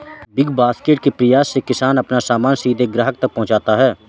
big basket के प्रयास से किसान अपना सामान सीधे ग्राहक तक पहुंचाता है